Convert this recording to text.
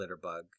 Litterbug